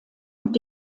und